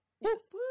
Yes